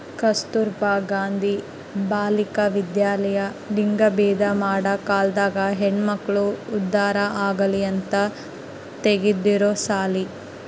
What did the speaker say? ಕಸ್ತುರ್ಭ ಗಾಂಧಿ ಬಾಲಿಕ ವಿದ್ಯಾಲಯ ಲಿಂಗಭೇದ ಮಾಡ ಕಾಲ್ದಾಗ ಹೆಣ್ಮಕ್ಳು ಉದ್ದಾರ ಆಗಲಿ ಅಂತ ತೆಗ್ದಿರೊ ಸಾಲಿ